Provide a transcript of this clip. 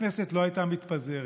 הכנסת לא הייתה מתפזרת.